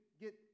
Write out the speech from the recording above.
get